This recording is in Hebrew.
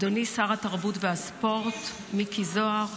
אדוני שר התרבות והספורט מיקי זוהר.